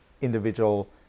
individual